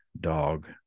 dog